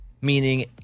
Meaning